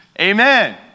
Amen